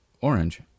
orange